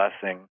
blessing